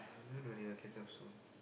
don't worry I'll catch up soon